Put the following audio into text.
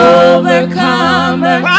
overcomer